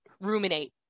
Ruminate